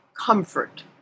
comfort